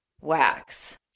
wax